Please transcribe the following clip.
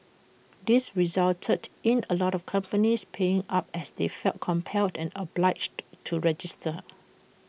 this resulted in A lot of companies paying up as they felt compelled and obliged to register